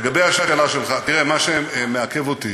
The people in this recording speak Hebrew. לגבי השאלה שלך, תראה, מה שמעכב אותי